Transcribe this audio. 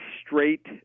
straight